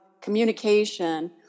communication